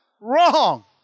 wrong